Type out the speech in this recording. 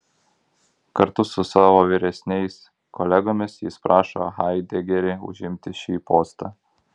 kartu su savo vyresniais kolegomis jis prašo haidegerį užimti šį postą